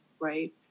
right